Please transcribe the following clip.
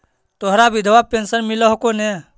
तोहरा विधवा पेन्शन मिलहको ने?